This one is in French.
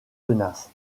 tenace